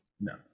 no